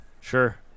Sure